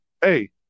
hey